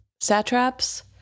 satraps